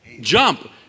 Jump